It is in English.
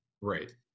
Right